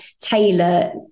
tailor